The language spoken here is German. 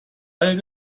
alle